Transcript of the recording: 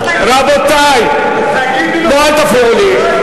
אל תגיד, רבותי, לא, אל תפריעו לי.